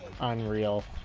unreal,